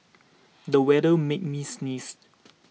the weather made me sneeze